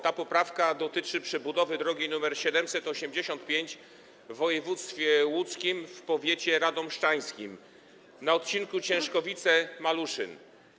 Ta poprawka dotyczy przebudowy drogi nr 785 w województwie łódzkim w powiecie radomszczańskim, na odcinku Ciężkowice - Maluszyn.